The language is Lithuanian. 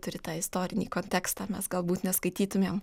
turi tą istorinį kontekstą mes galbūt neskaitytumėm